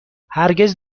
هرگز